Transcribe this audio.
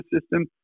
system